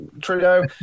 Trudeau